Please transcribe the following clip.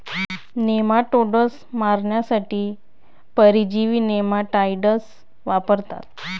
nematodes मारण्यासाठी परजीवी nematicides वापरतात